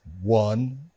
one